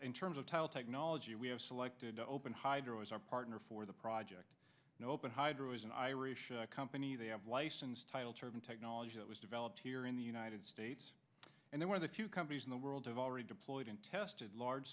in terms of tile technology we have selected to open hydro is our partner for the project open hydro is an irish company they have licensed title chervin technology that was developed here in the united states and they one of the few companies in the world have already deployed and tested large